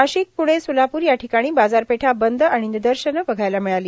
नाशिक प्रणे सोलापूर या ठिकाणी बाजारपेठा बंद आणि निदर्शनं बघायला मिळाली